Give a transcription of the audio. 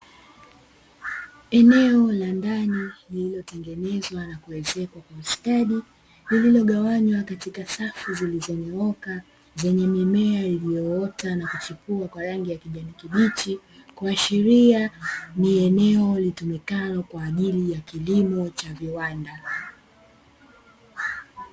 Eneo la ndani lililotengenezwa na kuezekwa kwa ustadi, lililogawanywa katika safu zilizonyooka zenye mimea iliyoota na kuchipua kwa rangi ya kijani kibichi, kuashiria ni eneo litumikalo kwa ajili ya kilimo cha viwanda.